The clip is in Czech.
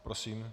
Prosím.